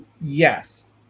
Yes